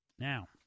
Now